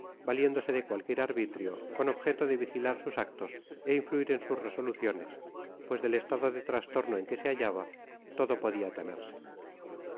valiéndose de cualquier arbitrio con objeto de vigilar sus actos e influir en sus resoluciones pues del estado de trastorno en que se hallaba todo podía temerse